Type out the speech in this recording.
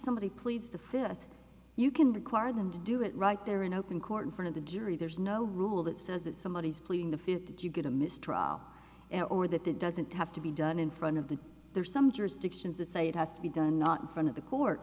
somebody cleaves to fifth you can require them to do it right there in open court in front of the jury there's no rule that says that somebody is pleading the fifth did you get a mistrial and or that it doesn't have to be done in front of the there's some jurisdictions to say it has to be done not in front of the court